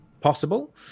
possible